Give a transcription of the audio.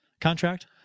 contract